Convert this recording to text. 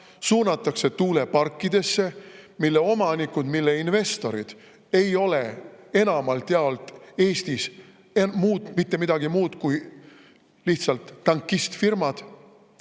suunatakse tuuleparkidesse, mille omanikud ja investorid ei ole enamalt jaolt Eestis mitte midagi muud kui lihtsalt tankistfirmad.